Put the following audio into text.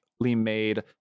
made